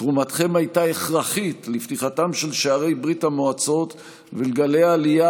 תרומתכם הייתה הכרחית לפתיחתם של שערי ברית המועצות ולגלי העלייה